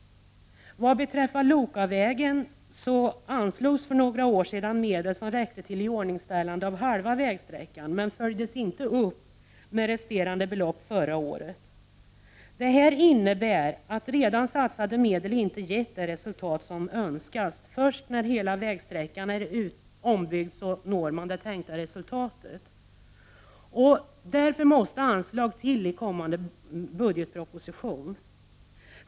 Vad beträffar Lokavägen anslogs för några år sedan medel som räckte till att iordningställa halva vägsträckan, men det följdes sedan inte upp med resterande belopp förra året. Detta innebär att redan satsade medel inte har gett det resultat som önskas. Först när hela vägsträckan är ombyggd uppnås det tänkta resultatet. Därför måste anslag ges i kommande budgetproposition.